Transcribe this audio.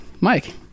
Mike